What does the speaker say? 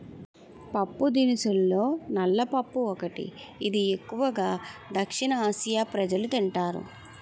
పప్పుదినుసుల్లో నల్ల పప్పు ఒకటి, ఇది ఎక్కువు గా దక్షిణఆసియా ప్రజలు తింటారు